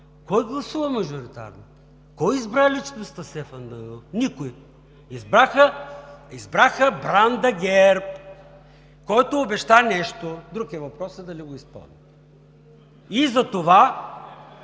кой гласува мажоритарно? Кой избра личността Стефан Данаилов – никой?! Избраха бранда ГЕРБ, който обеща нещо, друг е въпросът дали го изпълни, и затова